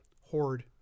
Horde